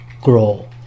grow